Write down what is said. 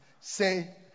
say